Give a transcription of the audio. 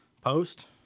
post